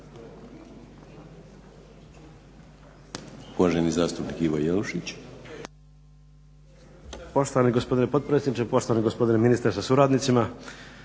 Uvaženi zastupnik Ivo Jelušić.